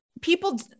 people